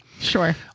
Sure